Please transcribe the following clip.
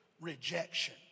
rejection